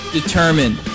determined